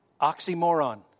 oxymoron